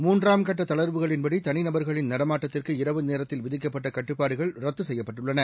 மூன்றாம் கட்ட தளர்வுகளின்படி தனிநபர்களின் நடமாட்டத்திற்கு இரவு நேரத்தில் விதிக்கப்பட்ட கட்டுப்பாடுகள் ரத்து செய்யப்பட்டுள்ளன